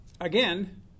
Again